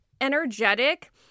energetic